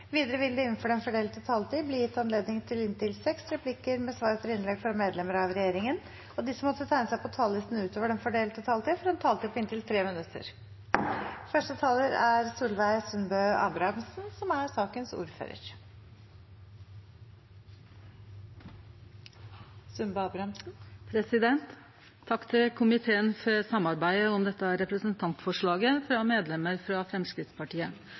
Videre vil det –innenfor den fordelte taletid – bli gitt anledning til inntil seks replikker med svar etter innlegg fra medlemmer av regjeringen, og de som måtte tegne seg på talerlisten utover den fordelte taletid, får også en taletid på inntil 3 minutter. Takk til komiteen for samarbeidet om dette representantforslaget frå medlemer frå Framstegspartiet, om medisinsk grunngjeven dispensasjon for